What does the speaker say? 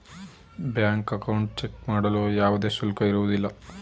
bank account check ಮಾಡಲು ಯಾವುದೇ ಶುಲ್ಕ ಇರುವುದಿಲ್ಲ